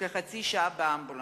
הוא כחצי שעה באמבולנס.